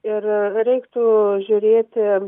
ir reiktų žiūrėti